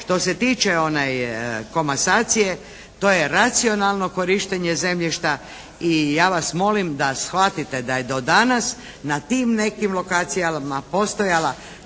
Što se tiče komasacije, to je racionalno korištenje zemljišta. I ja vas molim da shvatite da je do danas na tim nekim lokacijama postojala